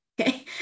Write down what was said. okay